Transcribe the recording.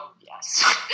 yes